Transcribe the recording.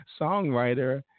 Songwriter